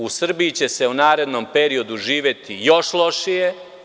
U Srbiji će se u narednom periodu živeti još lošije.